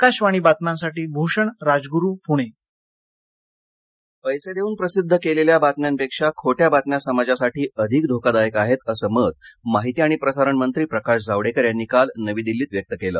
आकाशवाणी बातम्यांसाठी पुण्याहन भूषण राजगुरू जावडेकर पैसे देऊन प्रसिद्ध कलेल्या बातम्यांपेक्षा खोट्या बातम्या समाजासाठी अधिक धोकादायक आहेत असं मत माहिती आणि प्रसारण मंत्री प्रकाश जावडेकर यांनी काल दिल्लीत व्यक्त केलं